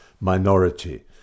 minority